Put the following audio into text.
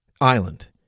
Island